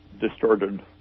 distorted